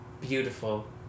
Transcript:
Beautiful